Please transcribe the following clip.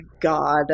god